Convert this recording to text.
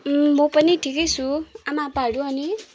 म पनि ठिकै छु आमा आप्पाहरू अनि